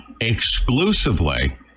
exclusively